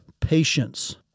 patience